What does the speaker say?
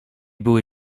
były